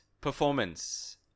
Performance